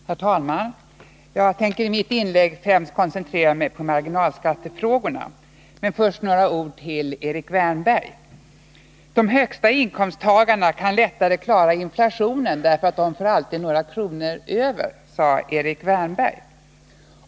Herr talman! Jag tänker i mitt inlägg främst koncentera mig på marginalskattefrågorna, men först några ord till Erik Wärnberg. De högsta inkomsttagarna kan lättare klara inflationen därför att de alltid får några kronor över, sade Erik Wärnberg.